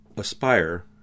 aspire